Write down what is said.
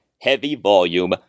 heavy-volume